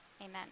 Amen